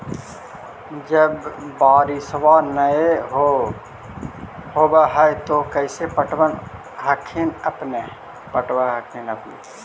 जब बारिसबा नय होब है तो कैसे पटब हखिन अपने?